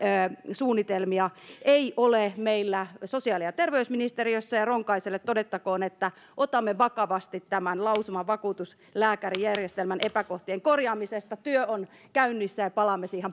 suunnitelmia ei ole meillä sosiaali ja terveysministeriössä ja ronkaiselle todettakoon että otamme vakavasti tämän lausuman vakuutuslääkärijärjestelmän epäkohtien korjaamisesta työ on käynnissä ja palaamme siihen